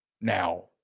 Now